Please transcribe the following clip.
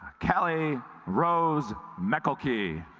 kelly rose michael key